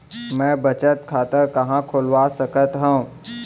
मै बचत खाता कहाँ खोलवा सकत हव?